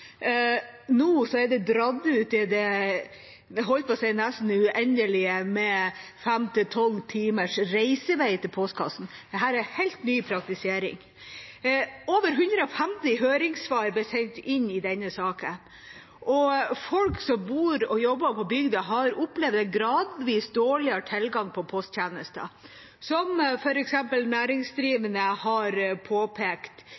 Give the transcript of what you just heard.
nå er det dradd ut i det – jeg holdt på å si – nesten uendelige, med fem til tolv timers reisevei til postkassen. Dette er en helt ny praktisering. Over 150 høringssvar ble sendt inn i forbindelse med denne saken. Folk som bor og jobber på bygda, har opplevd en gradvis dårligere tilgang til posttjenester, noe f.eks. næringsdrivende har påpekt